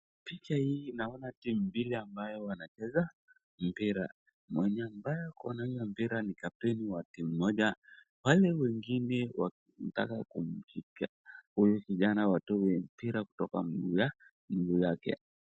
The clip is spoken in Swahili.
Picha hii naona timu mbili ambayo wanacheza mpira, mwenye ambaye ako na huu mpira ni mtapeli wa timu moja wale wengine wanataka kumchukua huyu kijana atoe mpira kutoka mguu yake.